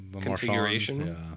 configuration